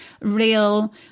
real